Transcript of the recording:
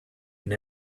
and